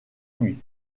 nuit